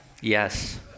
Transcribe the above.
Yes